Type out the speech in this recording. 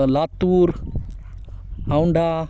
Latur Aundha